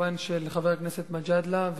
וכמובן של חבר הכנסת מג'אדלה,